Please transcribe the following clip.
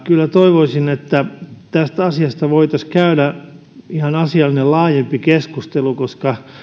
kyllä toivoisin että tästä asiasta voitaisiin käydä ihan asiallinen laajempi keskustelu koska